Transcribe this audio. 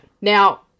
Now